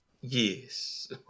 Yes